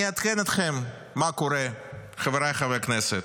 אני אעדכן אתכם מה קורה, חבריי חברי הכנסת,